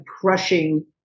crushing